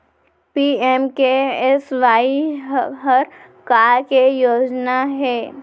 PMKSY हर का के योजना हे?